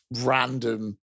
random